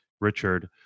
Richard